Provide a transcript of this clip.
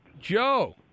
Joe